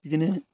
बिदिनो